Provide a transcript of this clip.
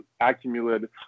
accumulated